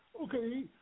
okay